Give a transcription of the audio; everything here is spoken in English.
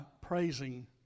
praising